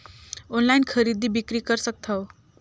Online खरीदी बिक्री कर सकथव?